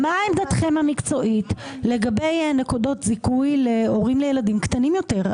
מה עמדתכם המקצועית לגבי נקודות זיכוי להורים לילדים קטנים יותר?